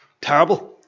terrible